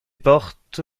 porte